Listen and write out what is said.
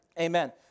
Amen